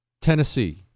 Tennessee